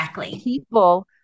people